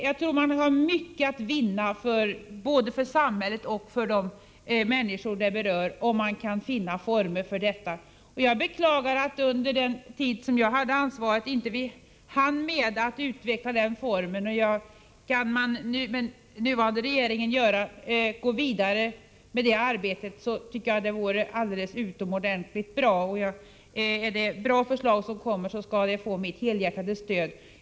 Jag tror att mycket står att vinna både för samhället och för de människor som är berörda, om man finner lämpliga former för ett sådant samarbete. Jag beklagar att vi under den tid som jag hade ansvaret för detta arbete inte hann med att utveckla denna samarbetsform. Om den nuvarande regeringen kan gå vidare med det arbetet, tycker jag att det vore utomordentligt bra. Är det bra förslag som kommer skall de få mitt helhjärtade stöd.